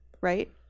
right